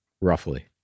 roughly